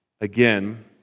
again